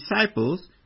disciples